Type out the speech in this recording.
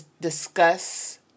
discuss